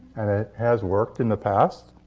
and it has worked in the past.